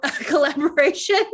collaboration